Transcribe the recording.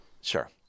Sure